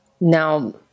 Now